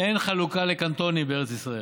אין חלוקה לקנטונים בארץ ישראל.